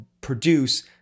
produce